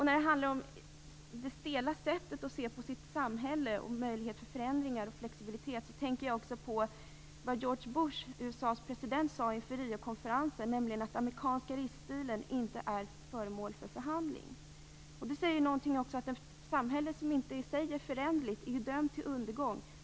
När det handlar om det stela sättet att se på sitt samhälle vad gäller möjligheter till förändringar och flexibilitet tänker jag också på vad George Bush, USA:s president, sade inför Riokonferensen, nämligen att den amerikanska livsstilen inte är föremål för förhandling. Det säger också någonting om att ett samhälle som inte i sig är föränderligt är dömt till undergång.